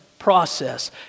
process